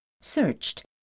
searched